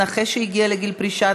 נכה שהגיע לגיל פרישה),